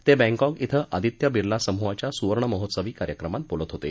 ते बॅकॉक इं अदित्य विर्ला समुहाच्या सुवर्ण महोत्सवी कार्यक्रमात बोलत होते